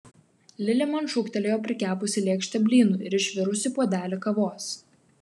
lili man šūktelėjo prikepusi lėkštę blynų ir išvirusi puodelį kavos